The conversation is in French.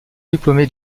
diplômé